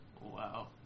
Wow